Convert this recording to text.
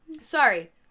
Sorry